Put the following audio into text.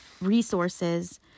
resources